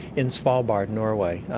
in svalbard, norway,